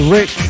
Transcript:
Rick